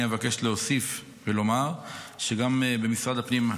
אני אבקש להוסיף ולומר שגם במשרד הפנים,